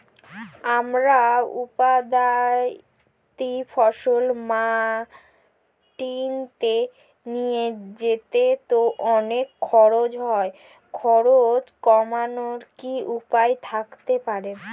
আমার উৎপাদিত ফসল মান্ডিতে নিয়ে যেতে তো অনেক খরচ হয় খরচ কমানোর কি উপায় থাকতে পারে?